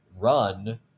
run